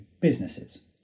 businesses